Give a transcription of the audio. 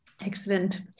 Excellent